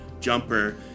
jumper